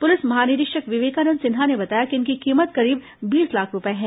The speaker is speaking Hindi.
पुलिस महानिरीक्षक विवेकानंद सिन्हा ने बताया कि इनकी कीमत करीब बीस लाख रूपए है